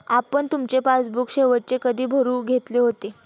आपण तुमचे पासबुक शेवटचे कधी भरून घेतले होते?